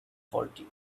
faulty